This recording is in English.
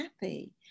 happy